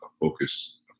focus